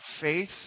faith